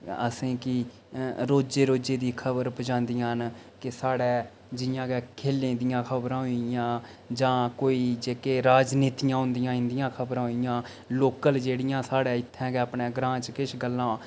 असेंगी रोजै रोजै दी खबर पजांदियां न कि साढ़े जियां कि खेलें दियां खबरां होई गेइयां जां कोई जेह्के राजनीति दियां होंदियां इंदियां खबरां होई गेइयां लोकल जेह्ड़ियां साढ़े इत्थै गै अपने ग्रांऽ च किश गल्लां